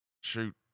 shoot